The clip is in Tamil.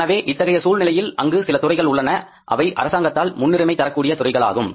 எனவே இத்தகைய சூழ்நிலையில் அங்கு சில துறைகள் உள்ளன அவை அரசாங்கத்தால் முன்னுரிமை தரக்கூடிய துறைகளாகும்